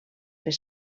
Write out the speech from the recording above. fer